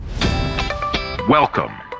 Welcome